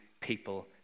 people